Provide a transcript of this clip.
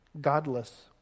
Godless